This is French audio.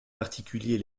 particulier